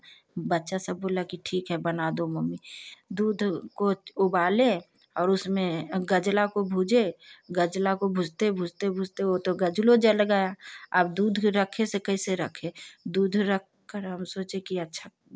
बच्चा सब बोला कि ठीक है बना दो मम्मी दूध को उबाले और उसमें गजला को भूजे गजला को भूजते भूजते भूजते वह तो गजलो जल गया अब दूध रखे से कैसे रखे दूध रख कर हम सोचे कि अच्छा